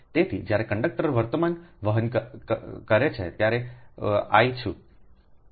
તેથી જ્યારે કંડક્ટર વર્તમાન I વહન કરે છે ત્યારે I છું